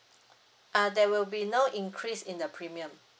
uh there will be no increase in the premium